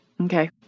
Okay